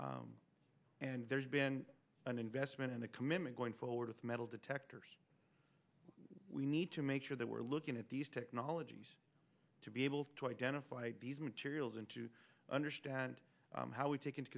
and there's been an investment in a commitment going forward with metal detectors we need to make sure that we're looking at these technologies to be able to identify these materials and to understand how we take into